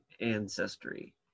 ancestry